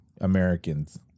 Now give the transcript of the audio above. Americans